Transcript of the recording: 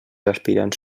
aspirants